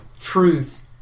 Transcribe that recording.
truth